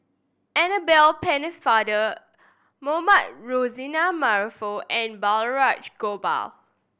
Annabel Pennefather Mohamed Rozani Maarof and Balraj Gopal